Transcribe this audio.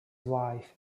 wife